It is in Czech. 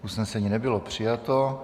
Usnesení nebylo přijato.